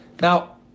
now